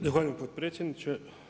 Zahvaljujem potpredsjedniče.